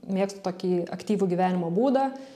mėgstu tokį aktyvų gyvenimo būdą